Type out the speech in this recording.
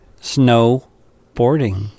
snowboarding